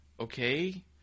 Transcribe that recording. okay